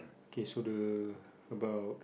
K so the about